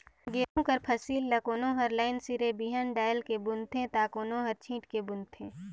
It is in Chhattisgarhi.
गहूँ कर फसिल ल कोनो हर लाईन सिरे बीहन डाएल के बूनथे ता कोनो हर छींट के बूनथे